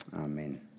Amen